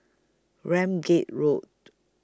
Ramsgate Road